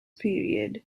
period